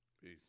Peace